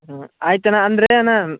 ಹ್ಞೂ ಆಯ್ತು ಅಣ್ಣ ಅಂದ್ರೆ ನಾನು